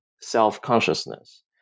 self-consciousness